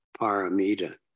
paramita